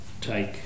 take